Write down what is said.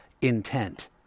intent